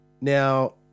Now